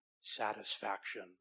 satisfaction